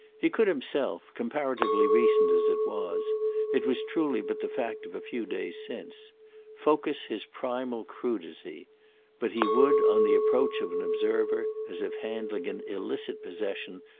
he could himself, comparatively recent as it was it was truly but the fact of a few days since focus his primal crudity but he would on the approach of an observer, as if handling an illicit possession,